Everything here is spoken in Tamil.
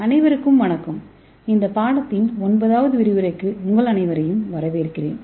அனைவருக்கும் வணக்கம் இந்த பாடத்தின் 9 வது விரிவுரைக்கு உங்கள் அனைவரையும் வரவேற்கிறேன்